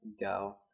go